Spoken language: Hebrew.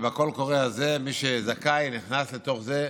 ובקול קורא הזה מי שזכאי נכנס לתוך זה,